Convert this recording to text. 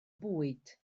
bwyd